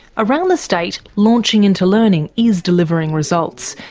around the state, launching into learning is delivering results,